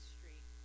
Street